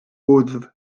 wddf